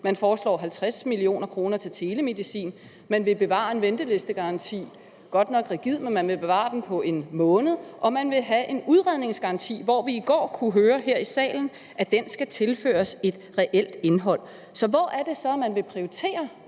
man foreslår 50 mio. kr. til telemedicin; man vil bevare en ventelistegaranti på 1 måned – godt nok er den rigid, men man vil bevare den; og man vil have en udredningsgaranti, som vi i går her i salen kunne høre skal tilføres et reelt indhold. Så hvor er det så, man vil prioritere